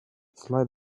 slide